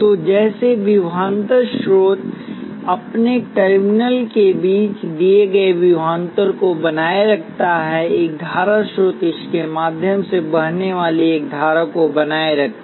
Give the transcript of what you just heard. तो जैसे विभवांतर स्रोत अपने टर्मिनलों के बीच दिए गए विभवांतर को बनाए रखता है एक धारा स्रोत इसके माध्यम से बहने वाली एक धारा को बनाए रखता है